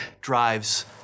drives